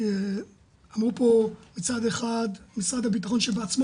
ואמרו פה מצד אחד משרד הבטחון שבעצמו